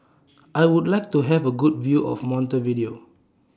I Would like to Have A Good View of Montevideo